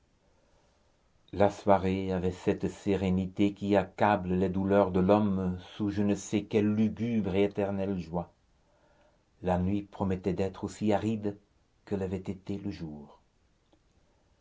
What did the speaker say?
la soirée avait cette sérénité qui accable les douleurs de l'homme sous je ne sais quelle lugubre et éternelle joie la nuit promettait d'être aussi aride que l'avait été le jour